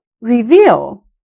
reveal